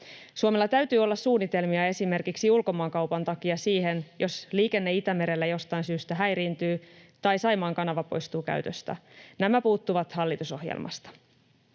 Suomella täytyy olla suunnitelmia esimerkiksi ulkomaankaupan takia siihen, jos liikenne Itämerellä jostain syystä häiriintyy tai Saimaan kanava poistuu käytöstä. Nämä puuttuvat hallitusohjelmasta.